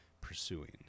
pursuing